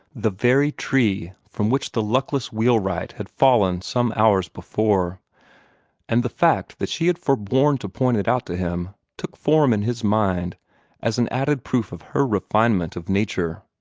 the very tree from which the luckless wheelwright had fallen some hours before and the fact that she had forborne to point it out to him took form in his mind as an added proof of her refinement of nature.